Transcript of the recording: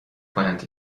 plant